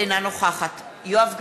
אינה נוכחת יואב גלנט,